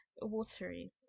watery